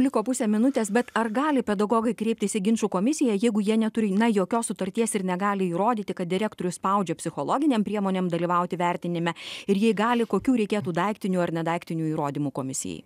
liko pusę minutės bet ar gali pedagogai kreiptis į ginčų komisiją jeigu jie neturi na jokios sutarties ir negali įrodyti kad direktorius spaudžia psichologinėm priemonėm dalyvauti vertinime ir jei gali kokių reikėtų daiktinių ar ne daiktinių įrodymų komisijai